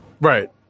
right